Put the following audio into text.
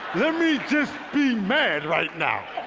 let me just be mad right now!